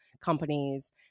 companies